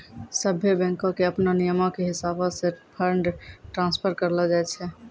सभ्भे बैंको के अपनो नियमो के हिसाबैं से फंड ट्रांस्फर करलो जाय छै